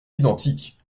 identiques